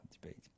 debate